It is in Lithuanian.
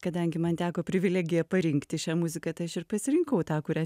kadangi man teko privilegija parinkti šią muziką tai aš ir pasirinkau tą kurią